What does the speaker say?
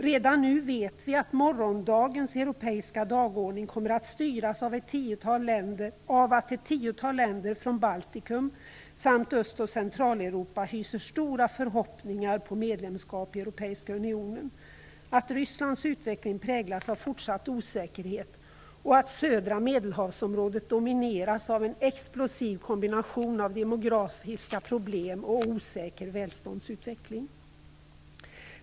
Redan nu vet vi att morgondagens europeiska dagordning kommer att styras av att ett tiotal länder från Baltikum samt Öst och Centraleuropa hyser stora förhoppningar på medlemskap i Europeiska unionen, att Rysslands utveckling präglas av fortsatt osäkerhet och att södra Medelhavsområdet domineras av en explosiv kombination av demografiska problem och osäker välståndsutveckling.